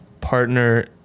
partner